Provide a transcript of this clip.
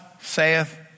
saith